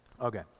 Okay